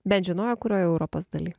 bent žinojo kurioj europos daly